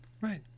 right